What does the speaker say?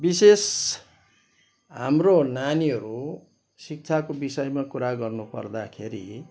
विशेष हाम्रो नानीहरू शिक्षाको विषयमा कुरा गर्नु पर्दाखेरि